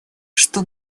что